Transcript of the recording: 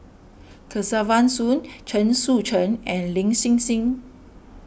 Kesavan Soon Chen Sucheng and Lin Hsin Hsin